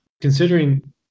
considering